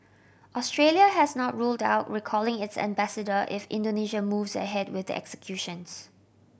Australia has not ruled out recalling its ambassador if Indonesia moves ahead with the executions